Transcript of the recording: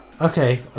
Okay